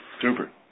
Super